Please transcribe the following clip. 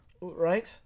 right